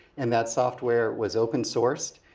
and that software was open sourced,